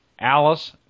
Alice